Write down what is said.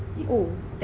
oh